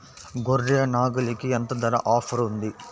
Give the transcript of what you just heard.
గొర్రె, నాగలికి ఎంత ధర ఆఫర్ ఉంది?